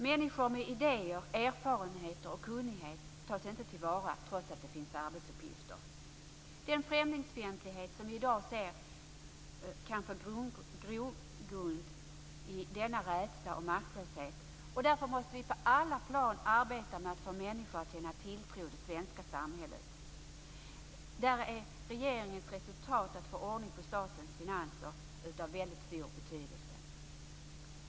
Människors idéer, erfarenheter och kunnighet tas inte till vara trots att det finns arbetsuppgifter. Den främlingsfientlighet som vi ser i dag kan få grogrund i denna rädsla och maktlöshet. Därför måste vi på alla plan arbeta med att få människor att känna tilltro till det svenska samhället. Här är regeringens resultat när det gäller att få ordning på statens finanser av väldigt stor betydelse.